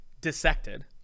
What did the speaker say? dissected